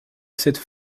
cette